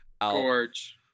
Gorge